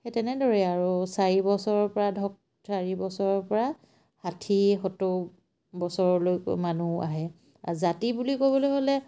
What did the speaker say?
সেই তেনেদৰে আৰু চাৰি বছৰৰপৰা ধৰক চাৰি বছৰপৰা ষাঠি সত্তৰ বছৰলৈকো মানুহ আহে আৰু জাতি বুলি ক'বলৈ হ'লে